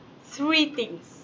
three things